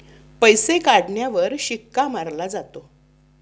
पैसे काढण्यावर शिक्का मारला जातो